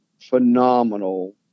phenomenal